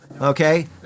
Okay